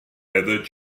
heather